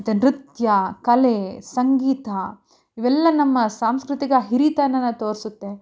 ಮತ್ತು ನೃತ್ಯ ಕಲೆ ಸಂಗೀತ ಇವೆಲ್ಲ ನಮ್ಮ ಸಾಂಸ್ಕೃತಿಕ ಹಿರಿತನನ ತೋರಿಸುತ್ತೆ